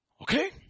Okay